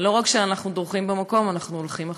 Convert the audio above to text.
לא רק שאנחנו דורכים במקום, אנחנו הולכים אחורה.